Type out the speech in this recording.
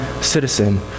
citizen